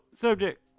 subject